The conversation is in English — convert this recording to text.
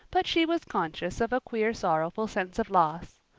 but she was conscious of a queer sorrowful sense of loss.